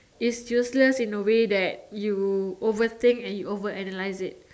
it's useless in a way that you overthink and you over analyse it